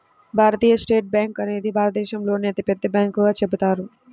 భారతీయ state bank అనేది భారతదేశంలోనే అతిపెద్ద బ్యాంకుగా చెబుతారు